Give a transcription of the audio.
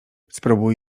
spróbuj